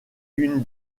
une